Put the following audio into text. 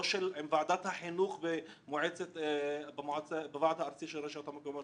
לא עם ועדת החינוך בוועד הארצי של הרשויות המקומיות,